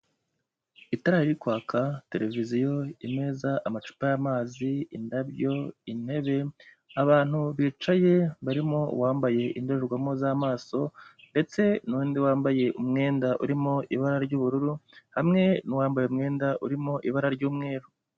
Itara riri kwaka, televiziyo, imeza, amacupa y'amazi, indabyo, intebe, abantu bicaye barimo uwambaye indorerwamo z'amaso ndetse n'undi wambaye umwenda urimo ibara ry'ubururu, hamwe n'uwambaye umwenda urimo ibara ry'umweru.